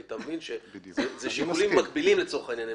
אתה הרי מבין שאלה שיקולים מקבילים לצורך העניין.